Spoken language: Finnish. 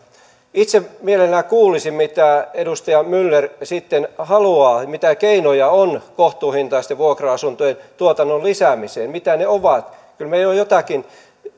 itse mielelläni kuulisin mitä edustaja myller sitten haluaa mitä keinoja on kohtuuhintaisten vuokra asuntojen tuotannon lisäämiseen mitä ne ovat kyllä meidän joitakin